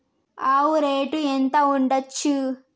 ఆవు రేటు ఎంత ఉండచ్చు?